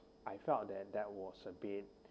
I felt that that was a bit